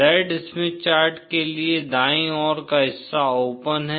Z Smith chart के लिए दाईं ओर का हिस्सा ओपन है